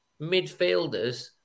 midfielders